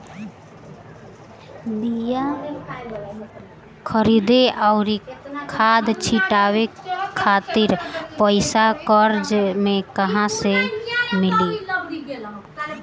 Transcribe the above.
बीया खरीदे आउर खाद छिटवावे खातिर पईसा कर्जा मे कहाँसे मिली?